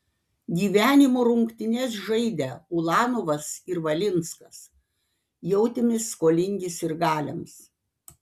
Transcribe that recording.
gyvenimo rungtynes žaidę ulanovas ir valinskas jautėmės skolingi sirgaliams